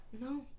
No